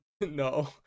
No